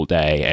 day